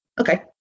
okay